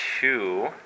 two